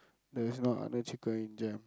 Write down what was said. there's no Arnold chicken in Jem